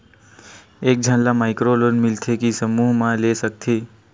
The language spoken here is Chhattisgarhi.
एक झन ला माइक्रो लोन मिलथे कि समूह मा ले सकती?